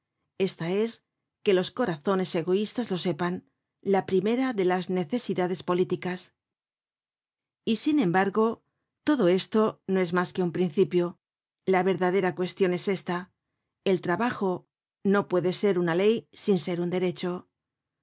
esta es que los corazones egoistas lo sepan la primera de las necesidades políticas content from google book search generated at y sin embargo todo esto no es mas que un principio la verdadera cuestion es esta el trabajo no puede ser una ley sin ser un derecho